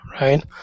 right